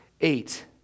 eight